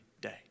day